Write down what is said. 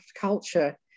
culture